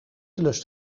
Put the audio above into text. lust